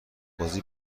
بازی